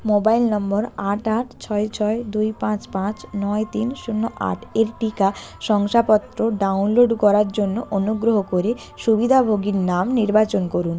mobile নম্বর আট আট ছয় ছয় দুই পাঁচ পাঁচ নয় তিন শূন্য আট এর টিকা শংসাপত্র ডাউনলোড করার জন্য অনুগ্রহ করে সুবিধাভোগীর নাম নির্বাচন করুন